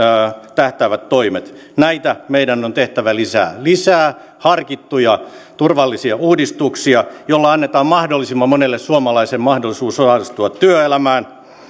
tähtäävät toimet ja näitä meidän on tehtävä lisää eli lisää harkittuja turvallisia uudistuksia joilla annetaan mahdollisimman monelle suomalaiselle mahdollisuus osallistua työelämään